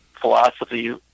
philosophy